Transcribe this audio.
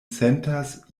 sentas